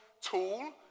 tool